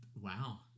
Wow